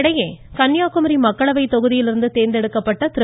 இதனிடையே கன்னியாகுமரி மக்களவைத் தொகுதியில் தேர்ந்தெடுக்கப்பட்ட திரு